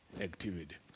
activity